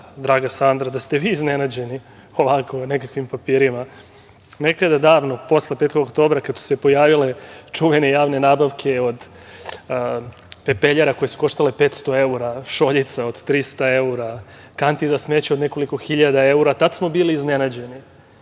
draga Sandra, da ste vi iznenađeni ovako nekakvim papirima. Nekada davno, posle 5. oktobra, kada su se pojavile čuvene javne nabavke od pepeljara koje su koštale 500 evra, šoljica od 300 evra, kanti za smeće od nekoliko hiljada evra, tada smo bili iznenađeni.